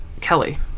Kelly